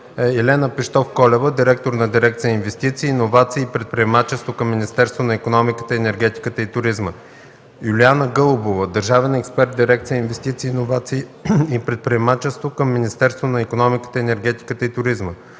Елена Пищовколева – директор на дирекция „Инвестиции, иновации и предприемачество” към Министерството на икономиката, енергетиката и туризма, Юлиана Гълабова – държавен експерт в дирекция „Инвестиции, иновации и предприемачество” към Министерството на икономиката, енергетиката и туризма,